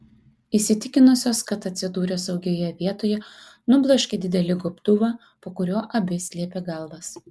įsitikinusios kad atsidūrė saugioje vietoje nubloškė didelį gobtuvą po kuriuo abi slėpė galvas